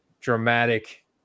dramatic